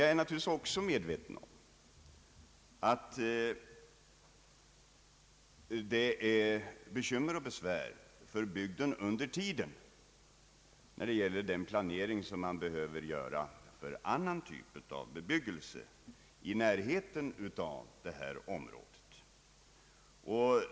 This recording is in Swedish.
Jag är naturligtvis medveten om de bekymmer och besvär som drabbar bygden under tiden, när det gäller den planering som man behöver göra för annan typ av bebyggelse i närheten av detta område.